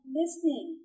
listening